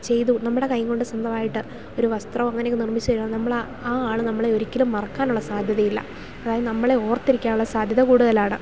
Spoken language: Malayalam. ചെയ്തു നമ്മുടെ കൈ കൊണ്ട് സ്വന്തവായിട്ട് ഒരു വസ്ത്രമോ അങ്ങനെ ഒക്കെ നിർമ്മിച്ചു തരാൻ നമ്മൾ ആ ആൾ നമ്മളെ ഒരിക്കലും മറക്കാനുള്ള സാധ്യത ഇല്ല അതായത് നമ്മളെ ഓർത്തിരിക്കാനുള്ള സാധ്യത കൂടുതലാണ്